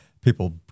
people